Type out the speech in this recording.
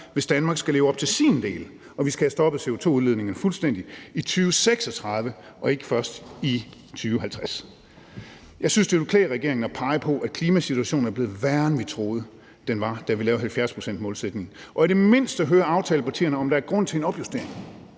hvis Danmark skal leve op til sin del, og vi skal have stoppet CO2-udledningerne fuldstændig i 2036 og ikke først i 2050. Jeg synes, det ville klæde regeringen at pege på, at klimasituationen er blevet værre, end vi troede den var, da vi lavede 70-procentsmålsætningen, og i det mindste høre aftalepartierne, om der er grund til en opjustering.